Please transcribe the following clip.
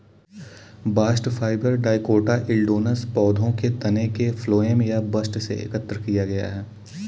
bast fibre dicotyledonous पौधों के तने के फ्लोएम या बस्ट से एकत्र किया गया है